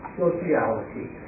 sociality